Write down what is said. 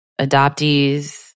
adoptees